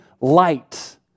light